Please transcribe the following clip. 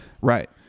right